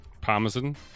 Parmesan